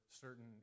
certain